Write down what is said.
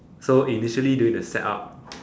so initially doing the setup